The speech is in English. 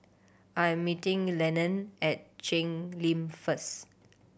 I am meeting Lenon at Cheng Lim first